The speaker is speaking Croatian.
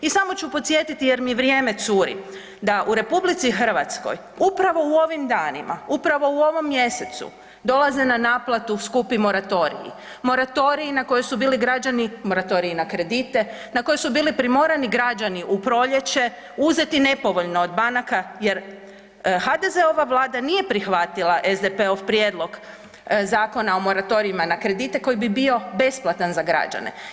I samo ću podsjetiti jer mi vrijeme curi da u RH upravo u ovim danima, upravo u ovom mjesecu dolaze na naplatu skupi moratorij, moratorij na koji su bili građani moratorij na kredite, na koji su bili primorani građani u proljeće uzeti nepovoljno od banaka jer HDZ-ova Vlada nije prihvatila SDP-ov prijedlog Zakona o moratorijima na kredite koji bi bio besplatan za građane.